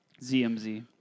ZMZ